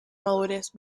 madurez